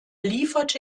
lieferte